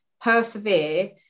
Persevere